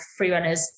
freerunners